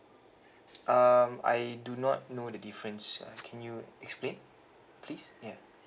um I do not know the difference uh can you explain please ya